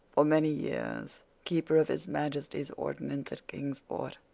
for many years keeper of his majesty's ordnance at kingsport.